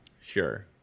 Sure